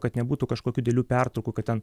kad nebūtų kažkokių didelių pertraukų kad ten